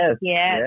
yes